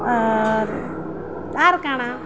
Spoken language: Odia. ଆର କ'ଣ